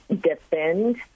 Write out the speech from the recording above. DEFEND